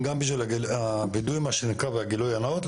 גם בשביל הווידוי והגילוי הנאות,